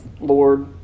Lord